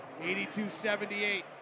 82-78